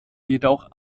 jedoch